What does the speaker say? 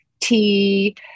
tea